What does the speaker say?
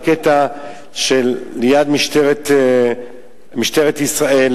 בקטע שליד משטרת ישראל,